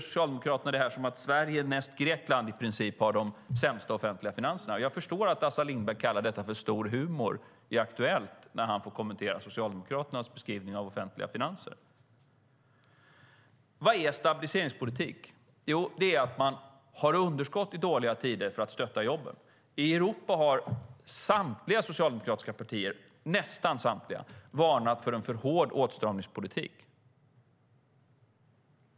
Socialdemokraterna beskriver det som att Sverige, näst Grekland i princip, har de sämsta offentliga finanserna. Jag förstår att Assar Lindbeck kallade detta för stor humor när han i Aktuellt fick kommentera Socialdemokraternas beskrivning av offentliga finanser. Vad är stabiliseringspolitik? Jo, det är att man har underskott i dåliga tider för att stötta jobben. I Europa har nästan samtliga socialdemokratiska partier varnat för en för hård åtstramningspolitik.